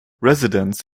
residents